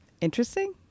interesting